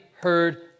heard